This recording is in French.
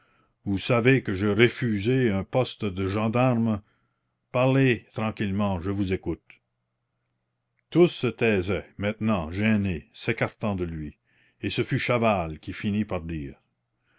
vous savez que j'ai refusé un poste de gendarmes parlez tranquillement je vous écoute tous se taisaient maintenant gênés s'écartant de lui et ce fut chaval qui finit par dire